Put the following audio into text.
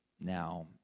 Now